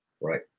Right